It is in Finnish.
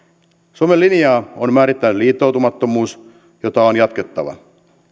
suomen linjaa on määrittänyt liittoutumattomuus jota on jatkettava